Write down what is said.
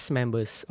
members